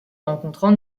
rencontrent